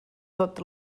tot